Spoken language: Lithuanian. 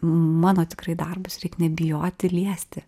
mano tikrai darbus reik nebijoti liesti